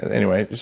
anyway,